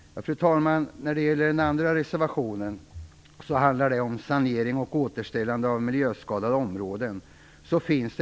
Fru talman! Den andra reservationen handlar om sanering och återställande av miljöskadade områden.